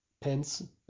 pens